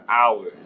hours